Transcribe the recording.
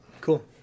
Cool